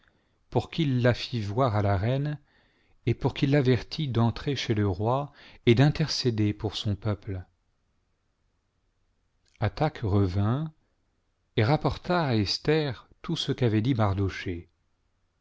pour qu'il la fît voir à la reine et pour qu'il l'avertît d'entrer chez le roi et